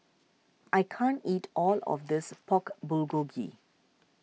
I can't eat all of this Pork Bulgogi